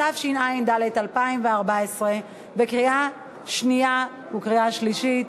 התשע"ד 2014, לקריאה שנייה ולקריאה שלישית.